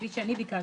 כפי שאני ביקשתי,